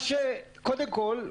קודם כול,